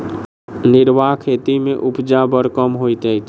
निर्वाह खेती मे उपजा बड़ कम होइत छै